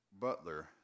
butler